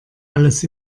alles